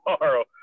tomorrow